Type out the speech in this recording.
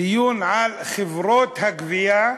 דיון על חברות הגבייה.